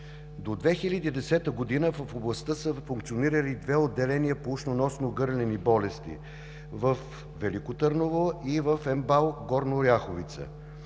До 2010 г. в областта са функционирали две отделения по ушно-носно-гърлени болести – във Велико Търново и в МБАЛ Горна Оряховица.